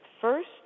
first